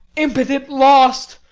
impotent, lost,